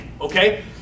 Okay